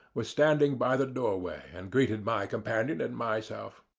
was standing by the doorway, and greeted my companion and myself.